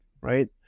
right